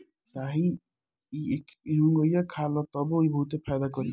चाही त एके एहुंगईया खा ल तबो इ बहुते फायदा करी